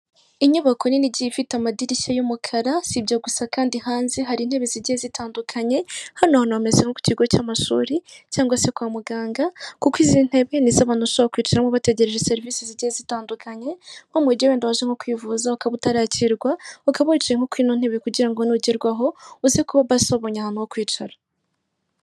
Inyubako nini igiye ifite amadirishya y'umukara si ibyo gusa kandi hanze hari intebe zigiye zitandukanye, hano hantu hameze nko ku kigo cy'amashuri cyangwa se kwa muganga, kuko izi ntebe ni iz'abantu bashobora kwicaramo bategereje serivisi zigiye zitandukanye, nko mu gihe wenda waje nko kwivuza ukaba utarakirwa ukaba wicaye nko kuri ino ntebe, kugira ngo nugerwaho uze kuba basi wabonye ahantu ho kwicara.